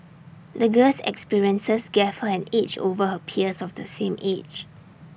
the girl's experiences gave her an edge over her peers of the same age